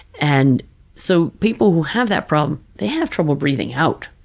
and so people who have that problem, they have trouble breathing out,